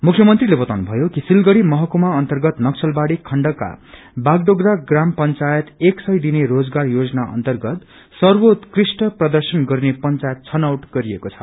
मुख्यमंत्रीले बाताउनु भयो कि सिलगढ़ी महकुमा अर्न्तगत नक्सलबाड़ी खण्डका बागडोप्रा प्राम पंचायत एक सय दिने रोजगार योजना अर्न्तगत सर्वात्कृष्ट प्रर्दशन गर्ने पंचायत छनौट गरिएको छ